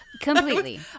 Completely